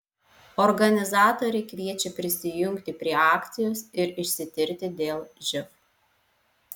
organizatoriai kviečia prisijungti prie akcijos ir išsitirti dėl živ